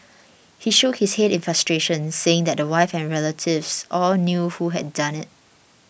he shook his head in frustration saying that the wife and relatives all knew who had done it